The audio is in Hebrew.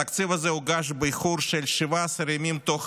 התקציב הזה הוגש באיחור של 17 ימים, תוך